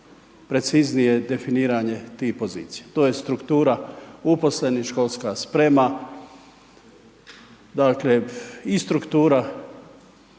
preciznije definiranje tih pozicija, to je struktura uposlenih, školska sprema, dakle i struktura,